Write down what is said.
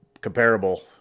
comparable